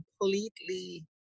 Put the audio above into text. completely